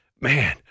man